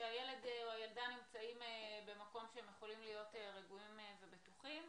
שהילד או הילדה נמצאים במקום שהם יכולים להיות רגועים ובטוחים,